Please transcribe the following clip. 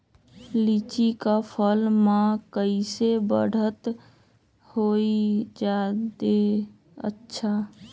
लिचि क फल म कईसे बढ़त होई जादे अच्छा?